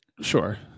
sure